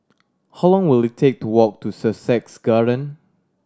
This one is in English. how long will it take to walk to Sussex Garden